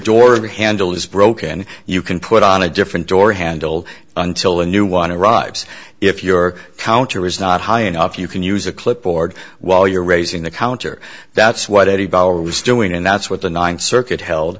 door handle is broken you can put on a different door handle until a new one a rives if your counter is not high enough you can use a clipboard while you're raising the counter that's what eddie bauer was doing and that's what the ninth circuit held